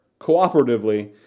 cooperatively